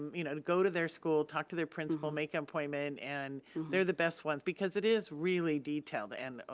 you know and go to their school, talk to their principal, make an appointment and they're the best ones because it is really detailed and,